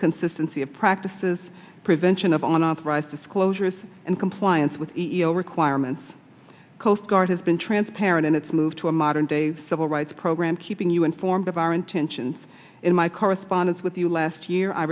consistency of practices prevention of on authorized disclosures and compliance with e o requirements coast guard has been transparent and it's moved to a modern day civil rights program keeping you informed of our intentions in my correspondence with you last year i